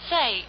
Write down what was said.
Say